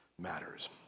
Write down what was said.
matters